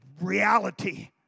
reality